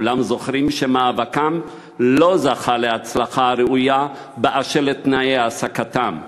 כולנו זוכרים שמאבקם לא זכה להצלחה הראויה באשר לתנאי העסקתם,